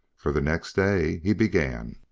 for the next day he began.